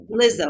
Lizzo